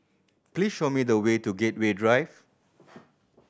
please show me the way to Gateway Drive